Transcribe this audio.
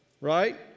right